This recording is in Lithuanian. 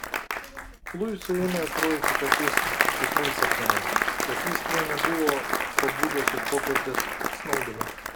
luisui ėmė atrodyti kad jis tikrai sapnuoja kad jis nė nebuvo pabudęs iš popietės snaudulio